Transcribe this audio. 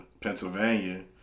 Pennsylvania